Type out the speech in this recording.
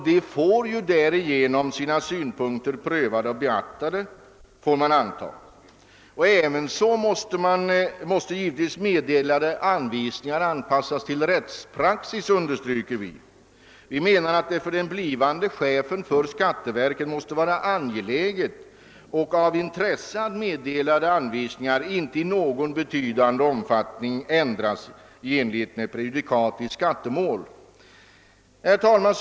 De får därigenom sina synpunkter prövade och beaktade, kan man anta. Ävenså måste givetvis meddelade anvisningar anpassas till rättspraxis, understryker vi. Vi menar att det för den blivande chefen för skatteverket måste vara angeläget att meddelade anvisningar inte i någon betydande omfattning ändras i enlighet med prejudikat i skattemål. Herr talman!